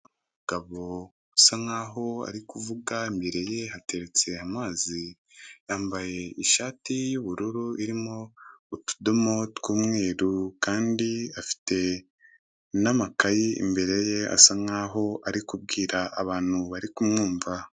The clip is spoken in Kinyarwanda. Umugabo usa nkaho ari kuvuga mbere ye hateretse amazi yambaye ishati y'ubururu irimo utudomo tw'umweru kandi afite n'amakayi imbere ye asa nkaho ari kubwira abantu bari kumwumva.